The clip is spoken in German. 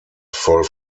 voll